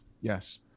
Yes